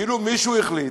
כאילו מישהו החליט,